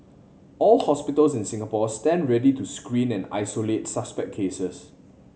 all hospitals in Singapore stand ready to screen and isolate suspect cases